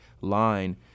line